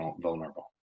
vulnerable